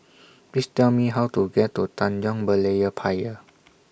Please Tell Me How to get to Tanjong Berlayer Pier